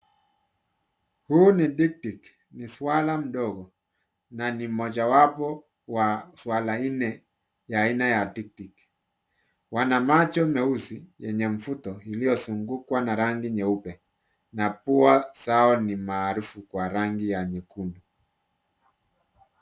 Huyu ni Dikdik, ni swala mdogo na ni mojawapo wa swala nne ya aina ya Dikdik. Wana macho meusi yenye mvuto iliyozungukwa na rangi nyeupe na pua zao ni maarufu kwa rangi ya nyekundu.